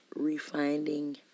refinding